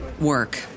work